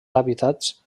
hàbitats